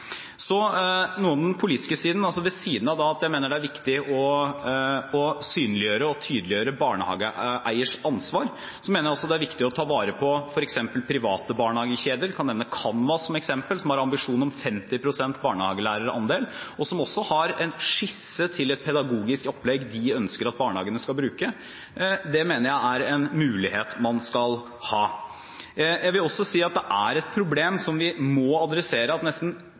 Så noe om den politiske siden: Ved siden av at jeg mener det er viktig å synliggjøre og tydeliggjøre barnehageeiers ansvar, mener jeg også det er viktig å ta vare på f.eks. private barnehagekjeder. Jeg kan nevne Kanvas som eksempel, som har ambisjon om 50 pst. barnehagelærerandel, og som også har en skisse til et pedagogisk opplegg de ønsker at barnehagene skal bruke. Det mener jeg er en mulighet man skal ha. Jeg vil også si at det er et problem som vi må adressere, at nesten